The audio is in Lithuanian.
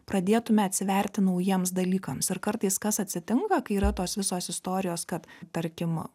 pradėtume atsiverti naujiems dalykams ir kartais kas atsitinka kai yra tos visos istorijos kad tarkim